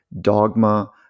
dogma